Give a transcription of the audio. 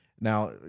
Now